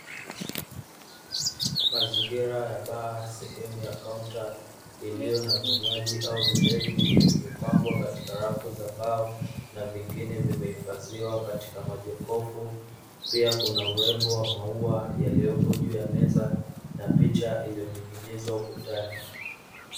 Mazingira ya baa sehemu ya kaunta, iliyo na vinywaji au vilevi vilivyopangwa katika rafu za mbao na vingine vimehifadhiwa katika majokofu, pia kuna urembo wa maua yaliyopo juu ya meza na picha iliyoning’inizwa ukutani.